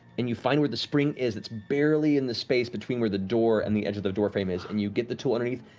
and you find where the spring is, it's barely in the space between where the door and the edge of the door frame is. and you get the tool underneath,